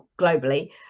globally